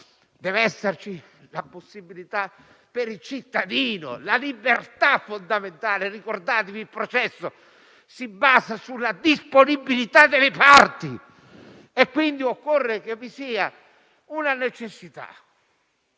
dev'esserci la possibilità per il cittadino, in quanto è una libertà fondamentale. Ricordate che il processo si basa sulla disponibilità delle parti, quindi occorre che vi sia una necessità.